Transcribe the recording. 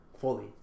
fully